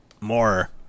more